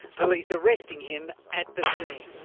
police arresting him at the scene.